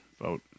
vote